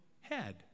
head